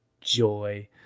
joy